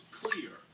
clear